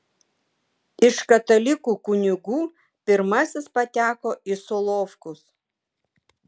iš katalikų kunigų pirmasis pateko į solovkus